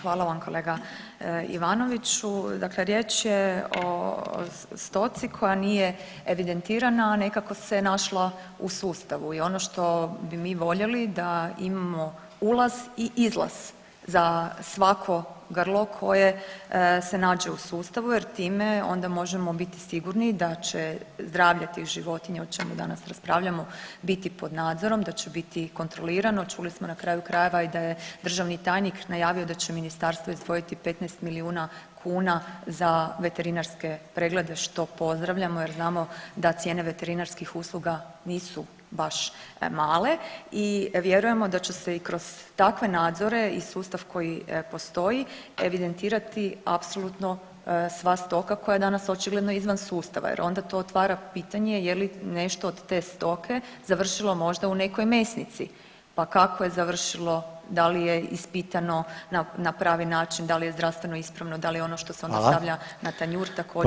Hvala vam kolega Ivanoviću, dakle riječ je o stoci koja nije evidentirana, a nekako se našla u sustavu i ono što bi mi voljeli da imamo ulaz i izlaz za svako grlo koje se nađe u sustavu jer time onda možemo biti sigurni da će zdravlje tih životinja o čemu danas raspravljamo biti pod nadzorom, da će biti kontrolirano, čuli smo na kraju krajeva i da je državni tajnik najavio da će ministarstvo izdvojiti 15 milijuna kuna za veterinarske preglede što pozdravljamo jer znamo da cijene veterinarskih usluga nisu baš male i vjerujemo da će se i kroz takve nadzore i sustav koji postoji evidentirati apsolutno sva stoka koja je danas očigledno izvan sustava jer onda to otvara pitanje je li nešto od te stoke završilo možda u nekoj mesnici, pa kako je završilo, da li je ispitano na pravi način, da li je zdravstveno ispravno, da li ono što se onda stavlja na tanjur također primjereno za potrošače.